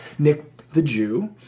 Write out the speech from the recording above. NickTheJew